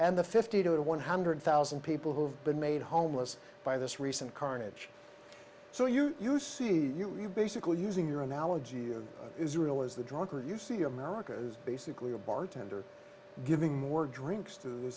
and the fifty to one hundred thousand people who've been made homeless by this recent carnage so you you see you basically using your analogy of israel as the drunkard you see america is basically a bartender giving more drinks to